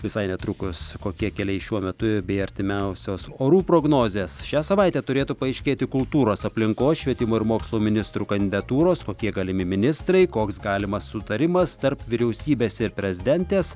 visai netrukus kokie keliai šiuo metu bei artimiausios orų prognozės šią savaitę turėtų paaiškėti kultūros aplinkos švietimo ir mokslo ministrų kandidatūros kokie galimi ministrai koks galimas sutarimas tarp vyriausybės ir prezidentės